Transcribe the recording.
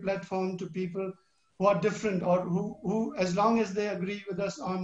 פוליטי לאחר הבחירה של מודי וגם הברקזיט.